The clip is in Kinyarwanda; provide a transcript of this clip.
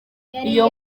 iyo